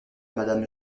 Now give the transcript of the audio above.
madame